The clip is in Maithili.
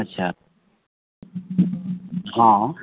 अच्छा हँ